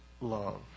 love